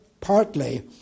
partly